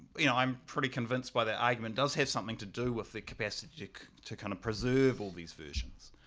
you know i'm pretty convinced by their argument, does have something to do with the capacity to kind of preserve all these versions